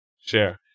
Share